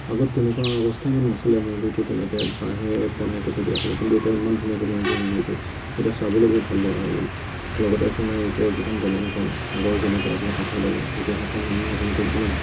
আগত তেনেকুৱা অৱস্থা ইমান নাছিলে মন্দিৰটো তেনেকৈ বাঁহেৰে বনাই থৈ দিয়া আছিল কিন্ত এতিয়া ইমান ধুনীয়াকৈ বনাই দিছে মন্দিৰটো এতিয়া চাবলৈ বহুত ভাল লগা হৈ গ'ল লগতে সোণাৰীৰ ওপৰৰ যিখন দলংখন আগৰ যেনেকুৱা আছিলে কাঠৰ দলং এতিয়া সেইখন নতুনকৈ মানে